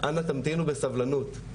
אנא תמתינו בסבלנות.